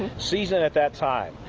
season it at that time.